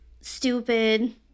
stupid